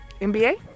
NBA